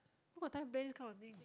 who got time to play this kind of thing